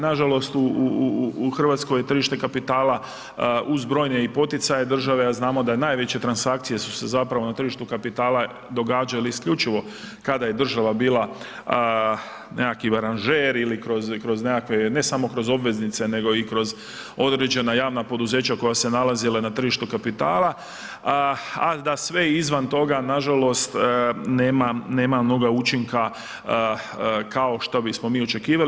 Nažalost u Hrvatskoj je tržište kapitala uz brojne i poticaje države, a znamo da najveće transakcije su se zapravo na tržištu kapitala događale isključivo kada je država bila nekakvi aranžer ili kroz nekakve ne samo kroz obveznice nego i kroz određena javna poduzeća koja se nalazila na tržištu kapitala, a da sve izvan toga nažalost nema mnogo učinka kao što bismo mi očekivali.